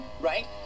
right